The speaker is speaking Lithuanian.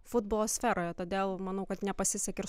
futbolo sferoje todėl manau kad nepasisekė ir